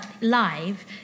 live